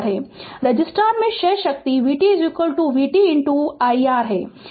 resistor में क्षय शक्ति vt vt iR है